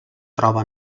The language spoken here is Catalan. troba